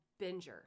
binger